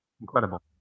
incredible